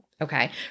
Okay